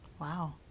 Wow